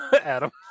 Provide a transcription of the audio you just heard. adam